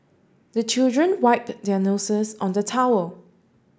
the children wipe their noses on the towel